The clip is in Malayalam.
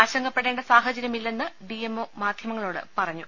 ആശങ്കപ്പെടേണ്ട സാഹചര്യമില്ലെന്ന് ഡി എം ഒ മാധ്യമങ്ങളോട് പറഞ്ഞു